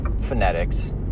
phonetics